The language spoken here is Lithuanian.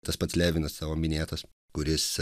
tas pats levinas tavo minėtas kuris